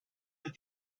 that